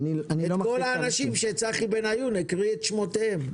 את כל האנשים שצחי בן עיון הקריא את שמותיהם,